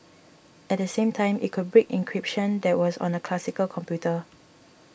at the same time it could break encryption that was on a classical computer